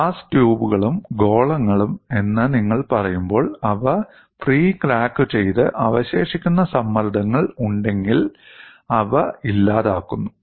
glass ട്യൂബുകളും ഗോളങ്ങളും എന്ന് നിങ്ങൾ പറയുമ്പോൾ അവ പ്രീ ക്രാക്കുചെയ്ത് അവശേഷിക്കുന്ന സമ്മർദ്ദങ്ങൾ ഉണ്ടെങ്കിൽ അവ ഇല്ലാതാക്കുന്നു